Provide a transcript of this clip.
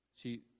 See